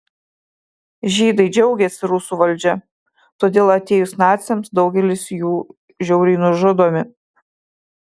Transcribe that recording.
žydai džiaugiasi rusų valdžia todėl atėjus naciams daugelis jų žiauriai nužudomi